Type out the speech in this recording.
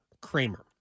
Kramer